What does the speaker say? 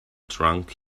drunk